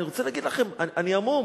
אני רוצה להגיד לכם, אני המום.